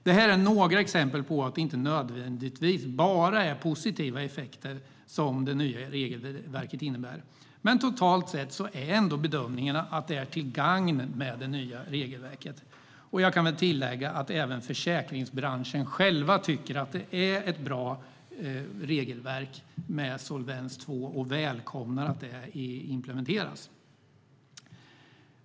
Det här är några exempel på att det nya regelverket inte nödvändigtvis bara innebär positiva effekter. Men totalt sett är ändå bedömningen att det nya regelverket är till gagn, och jag kan väl tillägga att även försäkringsbranschen själv tycker att Solvens II-regelverket är bra och välkomnar att det implementeras.